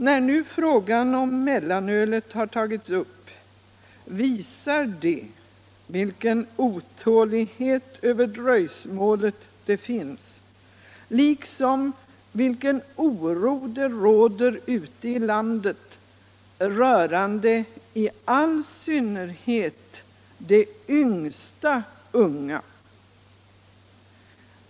När nu frågan om mellanölet har tagits upp visar det vilken otålighet över dröjsmålet som finns liksom vilken oro det råder ute i landet rörande i all synnerhet de yngsta unga.